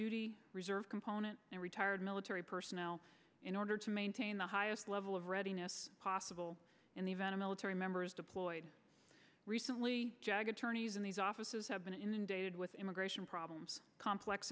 duty reserve component and retired military personnel in order to maintain the highest level of readiness possible in the event a military members deployed recently jag attorneys in these offices have been inundated with immigration problems complex